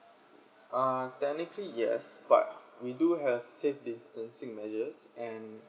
uh technically yes but we do have a safe distancing measures and